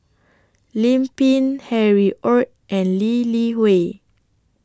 Lim Pin Harry ORD and Lee Li Hui